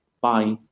Bye